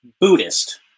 Buddhist